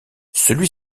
celui